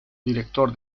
director